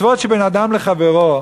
מצוות שבין אדם למקום,